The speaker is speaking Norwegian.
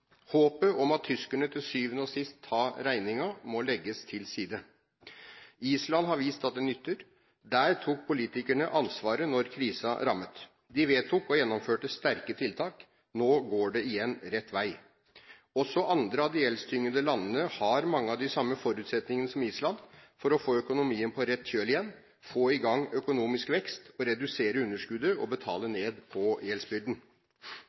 Håpet om at tyskerne til syvende og sist tar regningen, må legges til side. Island har vist at det nytter. Der tok politikerne ansvar da krisen rammet. De vedtok og gjennomførte sterke tiltak. Nå går det igjen rett vei. Også andre av de gjeldstyngede landene har mange av de samme forutsetningene som Island for å få økonomien på rett kjøl igjen, få i gang økonomisk vekst, redusere underskuddet og betale ned på gjeldsbyrden.